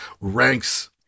Ranks